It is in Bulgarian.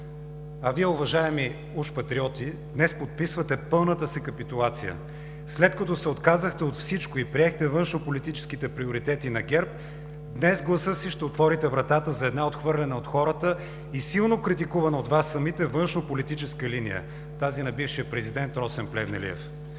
Вие, уважаеми уж патриоти, днес подписвате пълната си капитулация. След като се отказахте от всичко и приехте външнополитическите приоритети на ГЕРБ, днес с гласа си ще отворите вратата за една отхвърлена от хората и силно критикувана от Вас самите външнополитическа линия – тази на бившия президент Росен Плевнелиев.